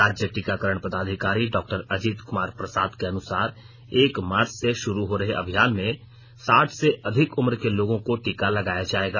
राज्य टीकाकरण पदाधिकारी डॉक्टर अजित कुमार प्रसाद के अनुसार एक मार्च से शुरू हो रहे अभियान में साठ से अधिक उम्र के लोगों को टीका लगाया जायेगा